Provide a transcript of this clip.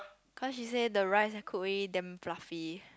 because she say the rice then cook already damn fluffy